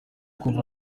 kumva